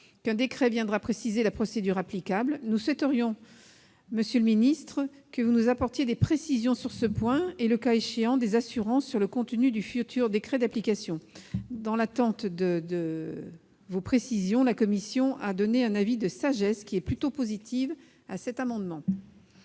qu'un décret viendra préciser la procédure applicable, mais nous souhaiterions, monsieur le secrétaire d'État, que vous nous apportiez des précisions sur ce point et, le cas échéant, des assurances sur le contenu du futur décret d'application. Dans cette attente, la commission a rendu un avis de sagesse plutôt positive sur cet amendement.